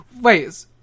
Wait